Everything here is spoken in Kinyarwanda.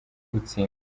utsinda